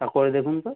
হ্যাঁ করে দেখুন তো